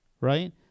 right